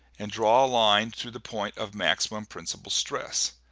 and draw a line through the point of maximum principle stress.